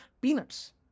Peanuts